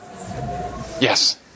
Yes